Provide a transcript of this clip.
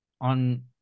on